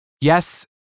Yes